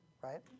right